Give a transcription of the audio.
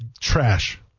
trash